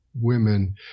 women